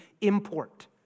import